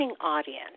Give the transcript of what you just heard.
audience